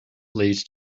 leads